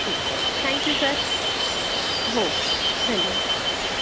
ठीक आहे thank you sir हो धन्यवाद